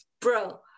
Bro